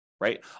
right